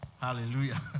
Hallelujah